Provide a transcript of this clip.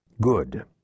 Good